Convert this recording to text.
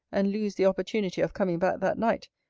and lose the opportunity of coming back that night,